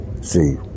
see